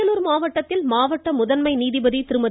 அரியலூர் மாவட்டத்தில் மாவட்ட முதன்மை நீதிபதி திருமதி